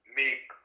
make